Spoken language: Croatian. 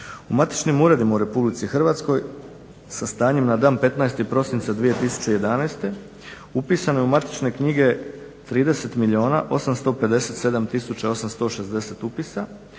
U matičnim uredima u Republici Hrvatskoj sa stanjem na dan 15. prosinca 2011. Upisano je u matične knjige 30 857 tisuća 860 upisa,